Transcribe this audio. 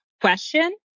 question